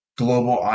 global